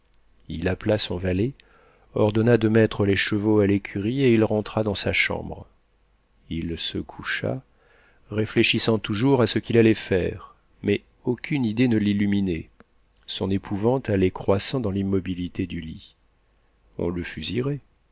il appela son valet ordonna de mettre les chevaux à l'écurie et il rentra dans sa chambre il se coucha réfléchissant toujours à ce qu'il allait faire mais aucune idée ne l'illuminait son épouvante allait croissant dans l'immobilité du lit on le